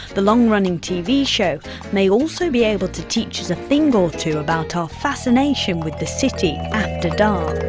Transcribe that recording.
the long running tv show may also be able to teach us a thing or two about our fascination with the city after dark.